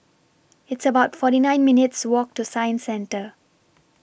It's about forty nine minutes' Walk to Science Centre